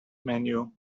menu